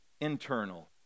internal